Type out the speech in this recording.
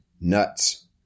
Nuts